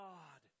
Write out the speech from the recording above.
God